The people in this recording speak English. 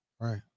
Right